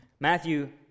Matthew